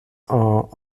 are